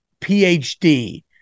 PhD